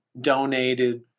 donated